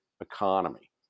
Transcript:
economy